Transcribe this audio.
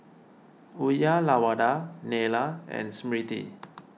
Uyyalawada Neila and Smriti